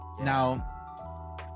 Now